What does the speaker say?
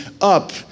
up